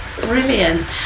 Brilliant